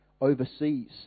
overseas